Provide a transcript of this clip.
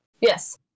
yes